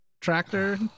tractor